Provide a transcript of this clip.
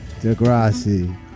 Degrassi